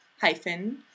hyphen